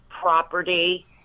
property